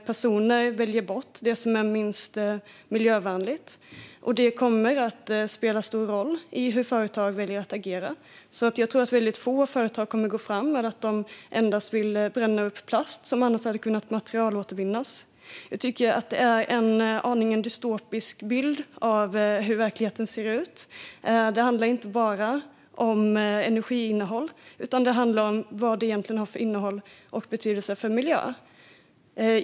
Personer väljer bort det som är minst miljövänligt, och det kommer att spela roll när det gäller hur företag väljer att agera. Jag tror därför att få företag kommer att gå fram med att de endast vill bränna upp plast som annars hade kunnat materialåtervinnas. Jag tycker att det är en aning dystopisk bild av hur verkligheten ser ut. Det handlar inte bara om energiinnehåll, utan det handlar om vad det egentligen har för innehåll och betydelse för miljön.